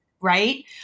right